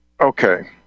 Okay